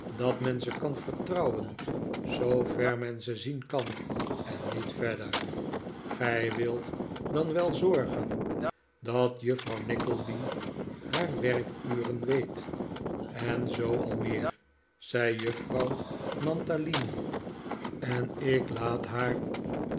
dat men ze kan vertrouwen zoo ver men ze zien kan en niet verder gij wilt dan wel zorgen dat juffrouw nickleby haar werkuren weet en zoo al meer zei madame mantalini en ik laat kaatje in haar